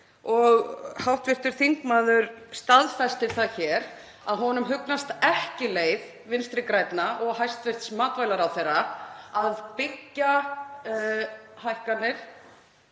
og hv. þingmaður staðfestir það hér, að honum hugnast ekki leið Vinstri grænna og hæstv. matvælaráðherra, að byggja hækkanir